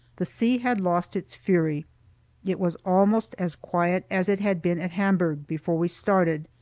the sea had lost its fury it was almost as quiet as it had been at hamburg before we started,